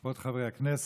כבוד חברי הכנסת,